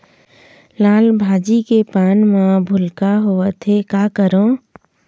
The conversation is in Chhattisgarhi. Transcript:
लाल भाजी के पान म भूलका होवथे, का करों?